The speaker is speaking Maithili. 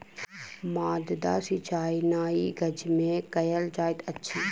माद्दा सिचाई नाइ गज में कयल जाइत अछि